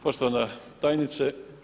Poštovana tajnice.